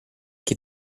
che